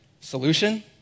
Solution